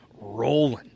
rolling